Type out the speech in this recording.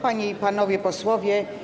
Panie i Panowie Posłowie!